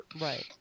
Right